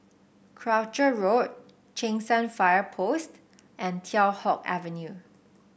Croucher Road Cheng San Fire Post and Teow Hock Avenue